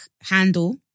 handle